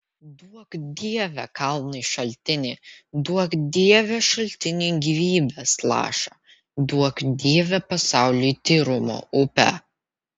duok dieve kalnui šaltinį duok dieve šaltiniui gyvybės lašą duok dieve pasauliui tyrumo upę